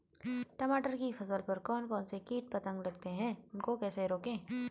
टमाटर की फसल पर कौन कौन से कीट पतंग लगते हैं उनको कैसे रोकें?